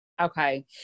Okay